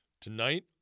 Tonight